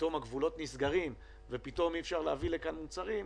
פתאום הגבולות נסגרים ואי אפשר להביא לכאן מוצרים,